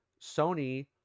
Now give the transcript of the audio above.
sony